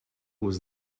was